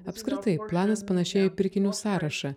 apskritai planas panašėjo į pirkinių sąrašą